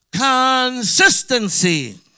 consistency